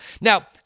Now